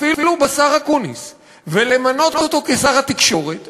אפילו בשר אקוניס ולמנות אותו לשר התקשורת,